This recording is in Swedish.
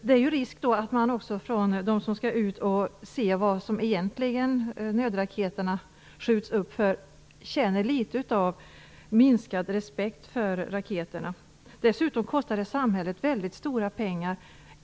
Det finns en risk att de som skall ut och kontrollera larm om nödraketer känner en minskad respekt för raketerna. Dessutom kostar det samhället väldigt stora summor.